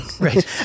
right